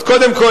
אז קודם כול,